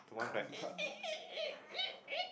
the one that